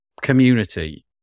community